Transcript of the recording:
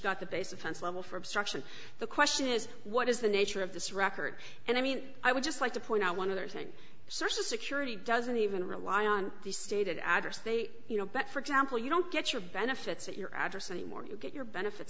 offense level for obstruction the question is what is the nature of this record and i mean i would just like to point out one other thing sources security doesn't even rely on the state address they you know but for example you don't get your benefits at your address anymore you get your benefits